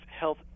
health